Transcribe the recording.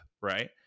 Right